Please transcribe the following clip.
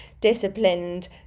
disciplined